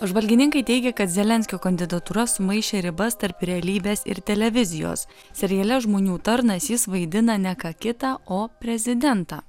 apžvalgininkai teigia kad zelenskio kandidatūra sumaišė ribas tarp realybės ir televizijos seriale žmonių tarnas jis vaidina ne ką kitą o prezidentą